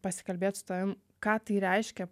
pasikalbėt su tavim ką tai reiškia